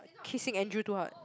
kissing Andrew too hard